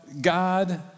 God